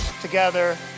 together